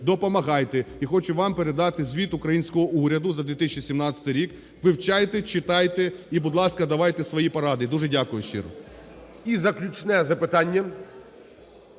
допомагайте. І хочу вам передати звіт українського уряду за 2017 рік, вивчайте, читайте і, будь ласка, давайте свої поради. Дуже дякую щиро. ГОЛОВУЮЧИЙ. І заключне запитання.